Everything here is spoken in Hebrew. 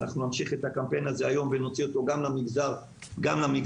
נמשיך את הקמפיין הזה היום ונוציא אותו גם למגזר הכללי.